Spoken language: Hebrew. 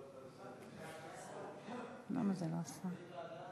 לאיזו ועדה?